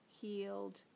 healed